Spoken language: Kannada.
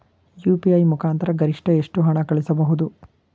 ಯು.ಪಿ.ಐ ಮುಖಾಂತರ ಗರಿಷ್ಠ ಎಷ್ಟು ಹಣ ಕಳಿಸಬಹುದು?